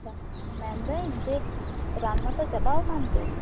ᱫᱟ ᱢᱮᱱᱫᱟ ᱧ ᱡᱮ ᱨᱟᱱ ᱢᱟᱛᱚ ᱪᱟᱵᱟ ᱠᱟᱱᱛᱤᱧ